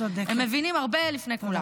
הם מבינים הרבה לפני כולם,